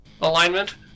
alignment